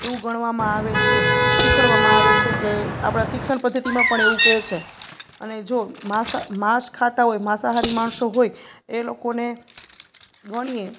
એવું ગણવામાં આવે છે શીખવાડવામાં આવે છે કે આપણાં શિક્ષણ પદ્ધતિમાં પણ એવું કહે છે અને જો માંસ ખાતા હોય માંસાહારી માણસો હોય એ લોકોને ગણીએ